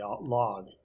log